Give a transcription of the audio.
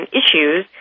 issues